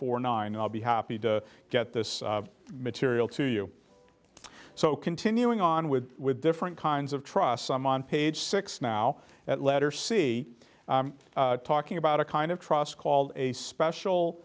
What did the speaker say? four nine all be happy to get this material to you so continuing on with with different kinds of trust some on page six now at letter c talking about a kind of trust called a special